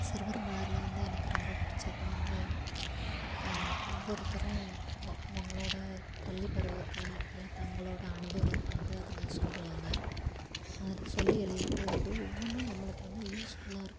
சிறுவர்மலரில் வந்து எனக்கு ரொம்ப பிடிச்சது வந்து ஒவ்வொருத்தரும் அவங்களோடய பள்ளிப்பருவத்தை இல்லை தங்களோடய அனுபவத்தை வந்து அதில் சொல்லுவாங்க அதில் சொல்லி எழுதிருக்கிறது வந்து ஒவ்வொன்றும் நம்மளுக்கு வந்து யூஸ்ஃபுல்லாக இருக்கும்